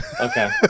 Okay